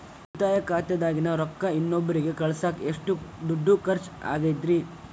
ಉಳಿತಾಯ ಖಾತೆದಾಗಿನ ರೊಕ್ಕ ಇನ್ನೊಬ್ಬರಿಗ ಕಳಸಾಕ್ ಎಷ್ಟ ದುಡ್ಡು ಖರ್ಚ ಆಗ್ತೈತ್ರಿ?